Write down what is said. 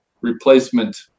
replacement